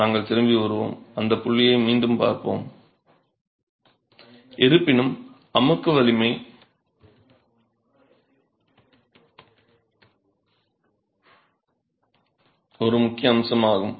நாங்கள் திரும்பி வருவோம் அந்த விஷயத்தை மீண்டும் பார்ப்போம் இருப்பினும் அலகின் அமுக்கு வலிமை ஒரு முக்கிய அம்சமாகும்